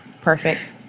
Perfect